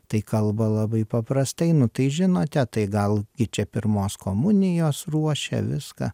tai kalba labai paprastai nu tai žinote tai gal į čia pirmos komunijos ruošia viską